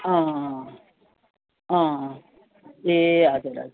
अँ अँ ए हजुर हजुर